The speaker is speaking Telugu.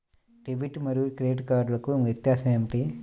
డెబిట్ మరియు క్రెడిట్ కార్డ్లకు వ్యత్యాసమేమిటీ?